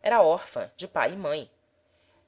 era órfã de pai e mãe